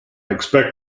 expect